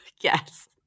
yes